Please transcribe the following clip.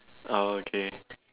oh okay